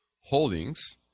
holdings